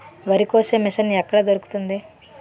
వరి కోసే మిషన్ ఎక్కడ దొరుకుతుంది?